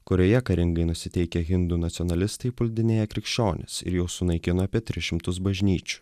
kurioje karingai nusiteikę hindų nacionalistai puldinėja krikščionis ir jau sunaikino apie tris šimtus bažnyčių